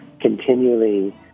continually